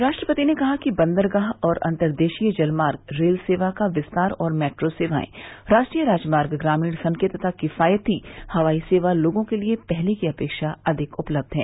राष्ट्रपति ने कहा कि बंदरगाह और अंतरदेशीय जलमार्ग रेल सेवा का विस्तार और मेट्रो सेवाएं राष्ट्रीय राजमार्ग ग्रामीण सड़कें तथा किफायती हवाई सेवा लोगों के लिये पहले की अपेक्षा अधिक उपलब्ध हैं